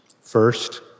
First